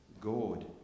god